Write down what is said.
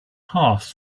half